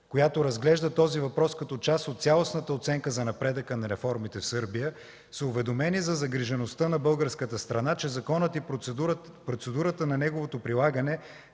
която разглежда този въпрос като част от цялостната оценка за напредъка на реформите в Сърбия, са уведомени за загрижеността на българската страна, че законът и процедурата на неговото прилагане